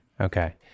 Okay